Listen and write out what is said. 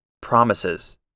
promises